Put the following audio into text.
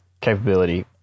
capability